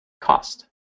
cost